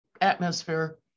atmosphere